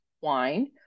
wine